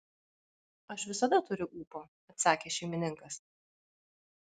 aš visada turiu ūpo atsakė šeimininkas